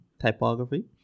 typography